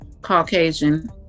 Caucasian